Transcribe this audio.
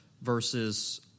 verses